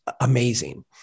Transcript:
amazing